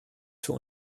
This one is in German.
für